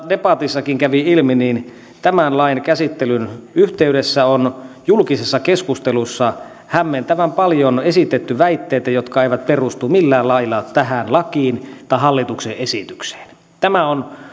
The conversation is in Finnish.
debatissakin kävi ilmi tämän lain käsittelyn yhteydessä on julkisessa keskustelussa esitetty hämmentävän paljon väitteitä jotka eivät perustu millään lailla tähän lakiin tai hallituksen esitykseen tämä on